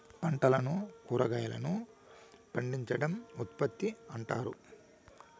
పంటలను కురాగాయలను పండించడం ఉత్పత్తి అంటారు